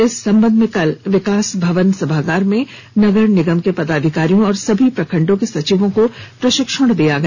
इस संबंध में कल विकास भवन सभागार में नगर निगम के पदाधिकारियों और सभी प्रखंडों के सचिवों को प्रशिक्षण दिया गया